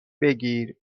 بگیر